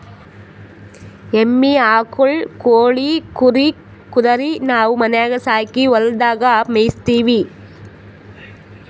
ಎಮ್ಮಿ ಆಕುಳ್ ಕೋಳಿ ಕುರಿ ಕುದರಿ ನಾವು ಮನ್ಯಾಗ್ ಸಾಕಿ ಹೊಲದಾಗ್ ಮೇಯಿಸತ್ತೀವಿ